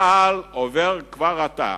צה"ל עובר כבר עתה